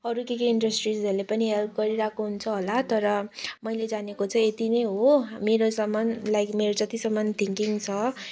अरू के के इन्डस्ट्रिजहरूले पनि हेल्प गरिरहेको हुन्छ होला तर मैले जानेको चाहिँ यतिनै हो मेरोसम्म लाइक मेरो जतिसम्म थिङ्किङ छ